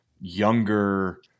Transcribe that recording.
younger